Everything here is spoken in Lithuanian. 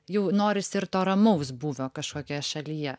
jau norisi ir to ramaus būvio kažkokioje šalyje